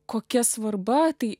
kokia svarba tai